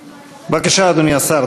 בבקשה, אדוני השר.